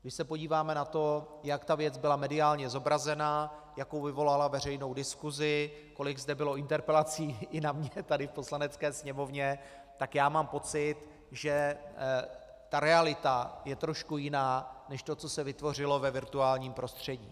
Když se podíváme na to, jak ta věc byla mediálně zobrazena, jakou vyvolala veřejnou diskusi, kolik zde bylo interpelací i na mě tady v Poslanecké sněmovně, tak mám pocit, že ta realita je trošku jiná než to, co se vytvořilo ve virtuálním prostředí.